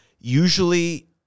usually